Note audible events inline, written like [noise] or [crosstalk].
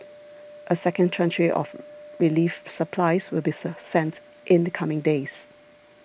a second tranche of relief supplies will be [noise] sent in the coming days